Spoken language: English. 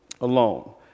alone